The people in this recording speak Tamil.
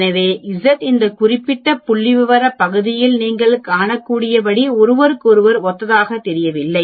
எனவே இசட் இந்த குறிப்பிட்ட புள்ளிவிவரப் பகுதியில் நீங்கள் காணக்கூடியபடி ஒருவருக்கொருவர் ஒத்ததாகத் தெரியவில்லை